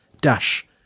dash